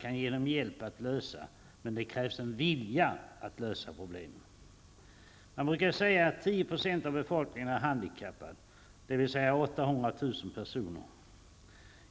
kan hjälpa till med att lösa, men det krävs en vilja att lösa problemen. Man brukar säga att 10 % av befolkningen är handikappad, dvs. 800 000 personer.